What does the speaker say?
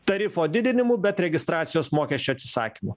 tarifo didinimu bet registracijos mokesčio atsisakymu